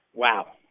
Wow